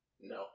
No